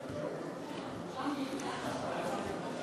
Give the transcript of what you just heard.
חוק הטבות לניצולי שואה (תיקון,